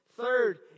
Third